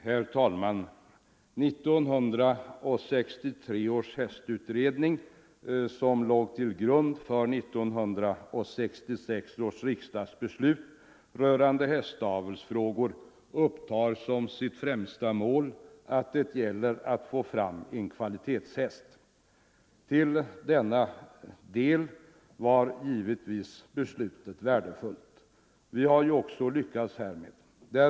Herr talman! 1963 års hästutredning, som låg till grund för 1966 års riksdagsbeslut rörande hästavelsfrågor, upptar som främsta mål att få fram en kvalitetshäst. Till denna del var givetvis beslutet värdefullt. Man har ju också lyckats i dessa strävanden.